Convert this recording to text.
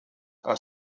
are